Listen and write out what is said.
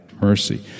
mercy